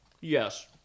Yes